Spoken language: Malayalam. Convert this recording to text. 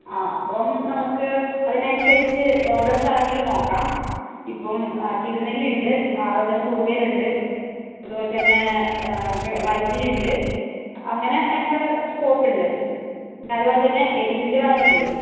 ആ അപ്പോൾ നമുക്ക് അതിനനുസരിച്ച് ഓരോ സ്ഥലങ്ങള് നോക്കാം ഇപ്പോൾ തിരുനെല്ലി ഉണ്ട് അതുപോലെത്തന്നെ കുറുവയിൽ ഉണ്ട് അതുപോലെത്തന്നെ വൈത്തിരിയുണ്ട് അങ്ങനെ അഞ്ചാറ് സ്പോട്ടുണ്ട് പിന്നെ അതുപോലെത്തന്നെ എലിഫന്റ് വാലിയുണ്ട്